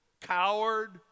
coward